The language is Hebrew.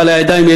אבל הידיים,